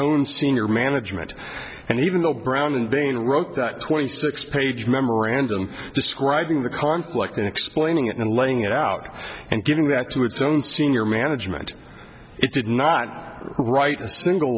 own senior management and even though brown in being wrote that twenty six page memorandum describing the conflict in explaining it and laying it out and giving back to its own senior management it did not write a single